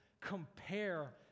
compare